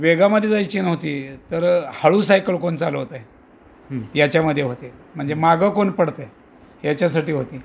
वेगामध्ये जायची नव्हती तर हळू सायकल कोण चालवतं आहे याच्यामध्ये होते म्हणजे मागं कोण पडतं आहे याच्यासाठी होती